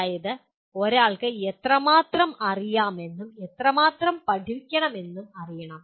അതായത് ഒരാൾക്ക് എത്രമാത്രം അറിയാമെന്നും എത്രമാത്രം പഠിക്കണമെന്നും അറിയണം